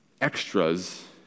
extras